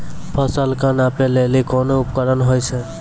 फसल कऽ नापै लेली कोन उपकरण होय छै?